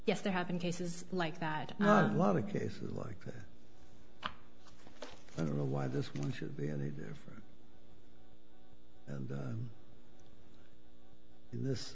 yes there have been cases like that a lot of cases like that i don't know why this one should be any different in this